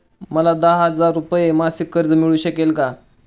मला दहा हजार रुपये मासिक कर्ज मिळू शकेल का?